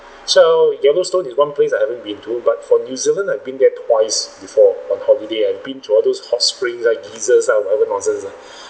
so yellowstone is one place I haven't been to but for new zealand I've been there twice before on holiday I've been to all those hot spring uh geysers uh whatever nonsense lah